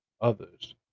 others